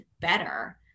better